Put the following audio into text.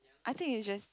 I think it's just